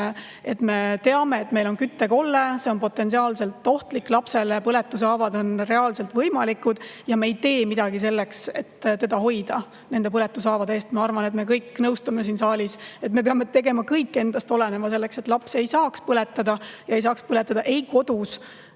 et me teame, et meil on küttekolle, see on potentsiaalselt ohtlik lapsele ja põletushaavad on reaalselt võimalikud, aga me ei tee midagi selleks, et teda hoida nende põletushaavade eest. Ma arvan, et me kõik nõustume siin saalis sellega. Me peame tegema kõik endast oleneva selleks, et laps ei saaks põletada, ei saaks põletada ei kodus